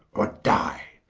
or dye.